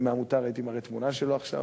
אם היה מותר הייתי מראה תמונה שלו עכשיו.